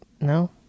No